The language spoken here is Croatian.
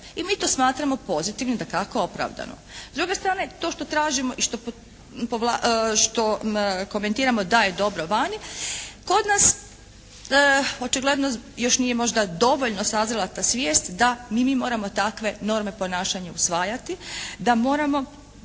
I mi to smatramo pozitivnim dakako opravdano. S druge strane to što tražimo i što komentiramo da je dobro vani, kod nas očigledno još nije možda dovoljno sazrila ta svijest da i mi moramo takve norme ponašanja usvajati, da moramo